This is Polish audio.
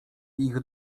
ich